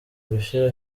gushira